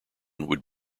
would